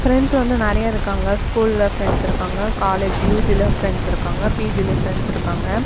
friends வந்து நிறைய இருக்காங்கள் ஸ்கூலில் ஃப்ரெண்ட்ஸ் இருக்காங்கள் காலேஜ் யூஜியில் ஃப்ரெண்ட்ஸ் இருக்காங்கள் பிஜிலேயும் ஃப்ரெண்ட்ஸ் இருக்காங்கள்